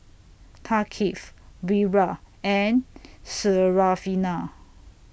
Thaqif Wira and Syarafina